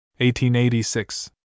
1886